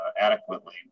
adequately